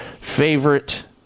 favorite